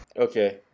Okay